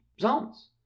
zones